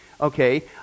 okay